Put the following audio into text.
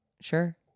sure